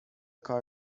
کار